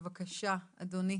בבקשה, אדוני.